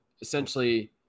essentially